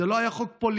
זה לא היה חוק פוליטי,